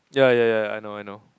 ya ya ya I know I know